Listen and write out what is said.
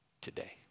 today